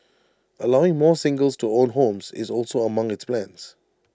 allowing more singles to own homes is also among its plans